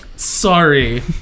Sorry